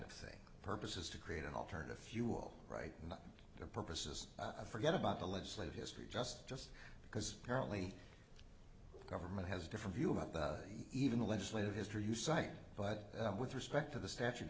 of thing purpose is to create an alternative fuel right into the purposes of forget about the legislative history just just because apparently government has a different view about even the legislative history you cite but with respect to the statute